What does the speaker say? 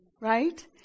Right